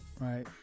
right